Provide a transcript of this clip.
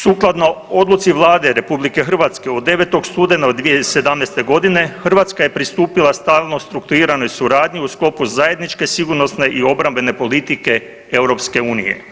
Sukladno Odluci Vlade RH od 9. studenog 2017. g., Hrvatska je pristupila stalno strukturiranoj suradnji u sklopu zajedničke sigurnosne i obrambene politike EU.